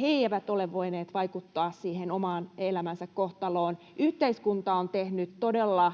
he eivät ole voineet vaikuttaa siihen omaan elämänsä kohtaloon. Yhteiskunta on tehnyt todella